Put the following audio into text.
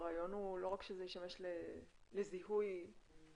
הרעיון הוא לא רק שזה ישמש לזיהוי במובן